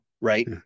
right